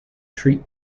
treat